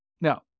Now